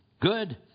good